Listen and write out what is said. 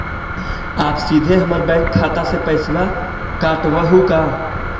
आप सीधे हमर बैंक खाता से पैसवा काटवहु का?